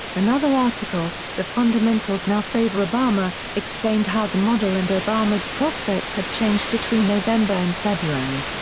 another article, the fundamentals now favor obama, explained how the model and obama's prospects had changed between november and february.